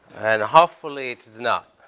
and hopefully it is not.